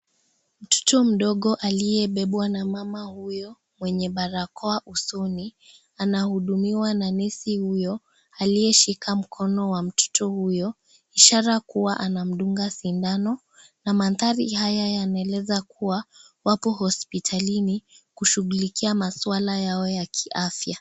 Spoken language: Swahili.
Mtoto mdogo aliyebebwa na mama huyo mwenye barakoa usoni, anahudumiwa na nesi huyo, aliyeshika mkono wa mtoto huyo, ishara kuwa anamndunga sindano, na mandhari haya yanaeleza kuwa, wapo hospitalini, kushughulikia maswala yao ya ki afya.